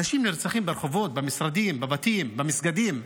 אנשים נרצחים ברחובות, במשרדים, בבתים, במסגדים.